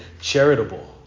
charitable